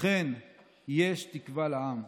אכן יש תקווה לעם.